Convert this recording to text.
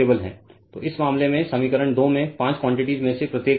तो इस मामले में समीकरण 2 में पांच क्वान्टिटीज़ में से प्रत्येक है